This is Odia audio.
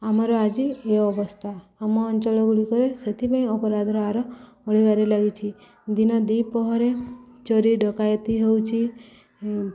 ଆମର ଆଜି ଏ ଅବସ୍ଥା ଆମ ଅଞ୍ଚଳଗୁଡ଼ିକରେ ସେଥିପାଇଁ ଅପରାଧର ଆର ବଢ଼ିବାରେ ଲାଗିଛି ଦିନ ଦି ପହରେ ଚୋରି ଡ଼କାୟତି ହେଉଛିି